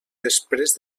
després